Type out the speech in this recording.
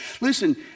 Listen